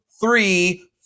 three